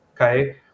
okay